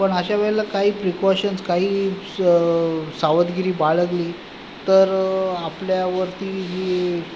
पण अशा वेळेला काही प्रिकॉशन्स काही स सावधगिरी बाळगली तर आपल्यावरती जी